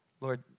Lord